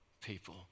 people